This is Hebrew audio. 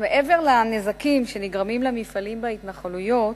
מעבר לנזקים שנגרמים למפעלים בהתנחלויות,